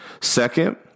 Second